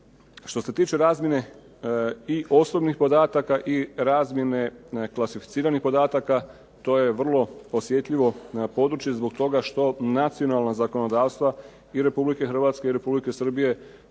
Što se tiče razmjene i osobnih podataka i razmjene klasificiranih podataka, to je vrlo osjetljivo područje zbog toga što nacionalna zakonodavstva i Republike Hrvatske i Republike Srbije